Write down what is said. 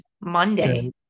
Monday